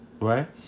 right